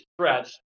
Stretch